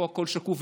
פה הכול שקוף,